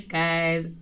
guys